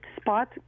spot